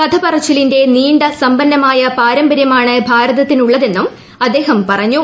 കഥ പറച്ചിലിന്റെ നീണ്ട സമ്പന്നമായ പാരമ്പരൃമാണ് ഭാരതത്തിനുള്ളതെന്നും അദ്ദേഹം പറഞ്ഞു